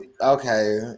okay